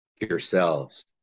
yourselves